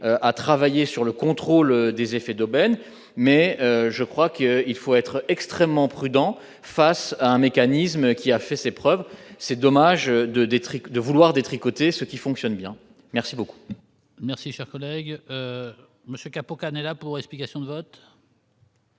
à travailler sur le contrôle des effets d'aubaine, mais je crois qu'il faut être extrêmement prudent face à un mécanisme qui a fait ses preuves, c'est dommage de Detrick de vouloir détricoter ce qui fonctionne bien, merci beaucoup. Merci, cher collègue Monsieur Capo-Canellas pour explications de vote.